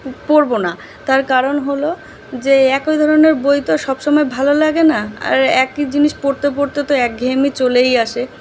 পড়ব না তার কারণ হল যে একই ধরনের বই তো সব সময় ভালো লাগে না আর একই জিনিস পড়তে পড়তে তো একঘেয়েমি চলেই আসে